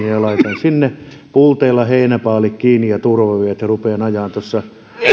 sinne pulteilla heinäpaalit kiinni ja turvavyöt ja rupean ajamaan tuossa